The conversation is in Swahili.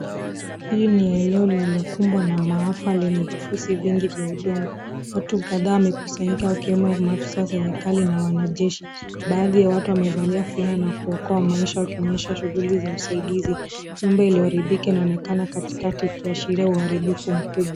Hii ni eneo lililokumbwa na maafa lenye vifusi vingi vya udongo. Watu kadhaa wamekusanyika wakiwemo maafisa wa serikali na wanajeshi. Baadhi ya watu wamevalia fulana na kuokoa maisha wakionyesha shughli za usaidizi. Nyumba iliyoharibika inaonekana katikati ikiashiria uharibifu mkubwa.